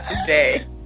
today